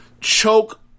choke